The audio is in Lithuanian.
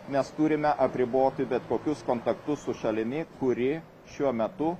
mes turime apriboti bet kokius kontaktus su šalimi kuri šiuo metu